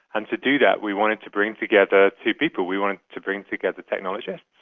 and to do that we wanted to bring together two people, we wanted to bring together technologists,